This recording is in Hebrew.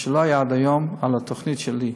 מה שלא היה עד היום, לתוכנית שלי.